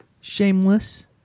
Shameless